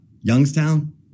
Youngstown